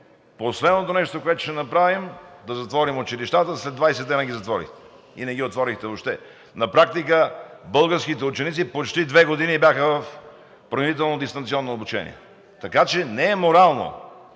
„Последното нещо, което ще направим, е да затворим училищата.“ След 20 дена ги затворихте и не ги отворихте въобще. На практика българските ученици почти две години бяха в принудително дистанционно обучение, така че не е морално.